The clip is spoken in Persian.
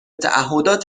تعهدات